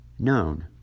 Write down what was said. Known